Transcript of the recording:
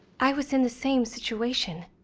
i was in the same situation.